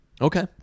Okay